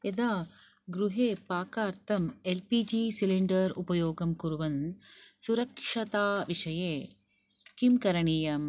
यदा गृहे पाकार्थम् एल् पी जी सिलिण्डर् उपयोगं कुर्वन् सुरक्षता विषये किं करणीयम्